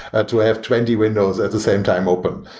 ah to have twenty windows at the same time open.